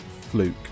fluke